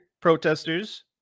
protesters